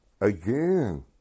again